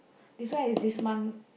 this one is this month